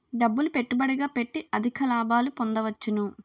డబ్బులు పెట్టుబడిగా పెట్టి అధిక లాభాలు పొందవచ్చును